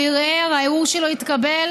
הוא ערער, הערעור שלו התקבל.